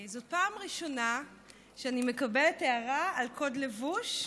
זאת הפעם הראשונה שאני מקבלת הערה על קוד לבוש,